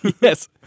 Yes